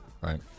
right